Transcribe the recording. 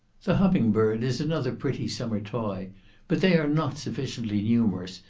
the humming-bird is another pretty summer toy but they are not sufficiently numerous,